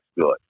good